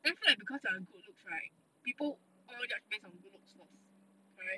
I feel like because I have good looks right people all judge based on good looks first correct